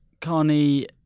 Carney